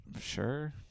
Sure